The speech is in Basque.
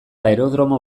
aerodromo